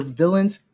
villains